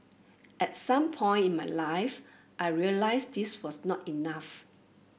at some point in my life I realised this was not enough